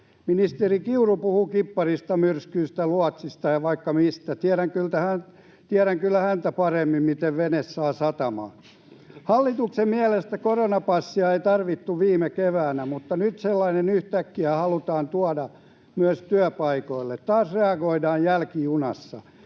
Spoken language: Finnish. Ministeri Kiuru puhuu kipparista, myrskyistä, luotsista ja vaikka mistä. Tiedän kyllä häntä paremmin, miten veneen saa satamaan. Hallituksen mielestä koronapassia ei tarvittu viime keväänä, mutta nyt sellainen yhtäkkiä halutaan tuoda myös työpaikoille. Taas reagoidaan jälkijunassa.